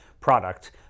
product